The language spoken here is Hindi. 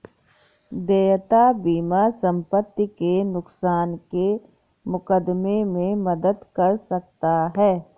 देयता बीमा संपत्ति के नुकसान के मुकदमे में मदद कर सकता है